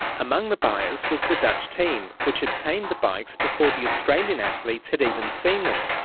among the buyers was the dutch team, which obtained the bikes before the australian athletes had even seen them.